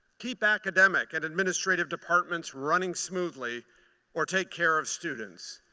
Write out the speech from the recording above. keep academic and administrative departments running smoothly or take care of students,